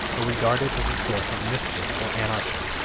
or regarded as a source of mischief or anarchy.